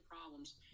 problems